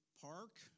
Park